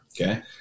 Okay